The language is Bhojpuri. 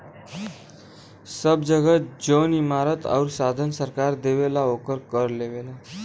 सब जगह जौन इमारत आउर साधन सरकार देवला ओकर कर लेवला